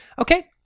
okay